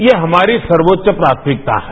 यह हमारी सर्वोच्च प्राथमिकता है